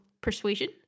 persuasion